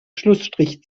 schlussstrich